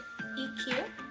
EQ